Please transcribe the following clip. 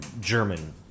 German